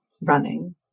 running